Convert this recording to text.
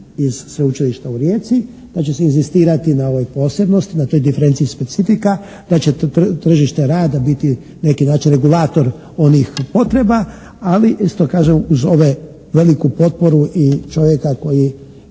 iz Sveučilišta u Rijeci, da će se inzistirati na ovoj posebnosti, na toj diferenciji specifika, da će tržište rada biti na neki način regulator onih potreba ali isto kažem uz veliku potporu i čovjeka koji